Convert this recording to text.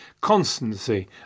constancy